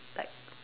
like